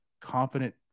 competent